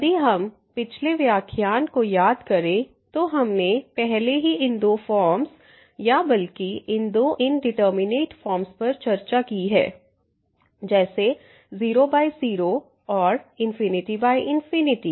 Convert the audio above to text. यदि हम पिछले व्याख्यान को याद करें तो हमने पहले ही इन दो फॉर्म्स या बल्कि इन दो इंडिटरमिनेट फॉर्म्स पर चर्चा की है जैसे 00 और इन्फिनिटी इन्फिनिटी